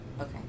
Okay